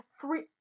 three